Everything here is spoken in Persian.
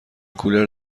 کولر